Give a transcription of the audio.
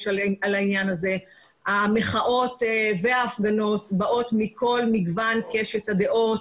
יש לציין שהמחאות וההפגנות באות מכל מגוון קשת הדעות